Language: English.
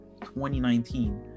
2019